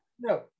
no